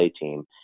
team